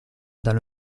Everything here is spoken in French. dans